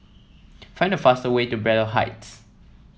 find the fastest way to Braddell Heights